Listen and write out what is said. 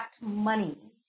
money